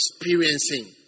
experiencing